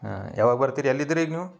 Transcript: ಹಾಂ ಯಾವಾಗ ಬರ್ತೀರಿ ಎಲ್ಲಿದಿರ ಈಗ ನೀವು